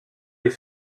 les